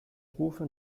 rufe